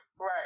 right